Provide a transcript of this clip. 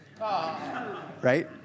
right